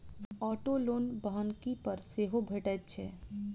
auto loan बन्हकी पर सेहो भेटैत छै